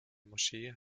moschee